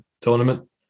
tournament